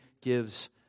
gives